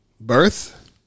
Birth